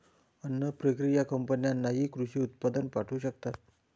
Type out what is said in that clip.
अन्न प्रक्रिया कंपन्यांनाही कृषी उत्पादन पाठवू शकतात